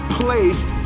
placed